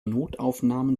notaufnahmen